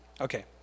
Okay